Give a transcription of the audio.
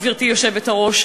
גברתי היושבת-ראש,